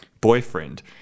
boyfriend